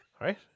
Right